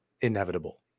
Inevitable